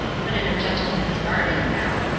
but in a gentleman's garden, now